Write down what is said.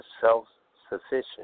self-sufficient